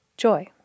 Joy